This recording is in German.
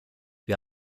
wir